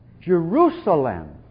Jerusalem